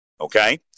Okay